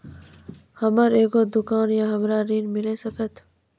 हमर एगो दुकान या हमरा ऋण मिल सकत?